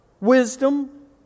wisdom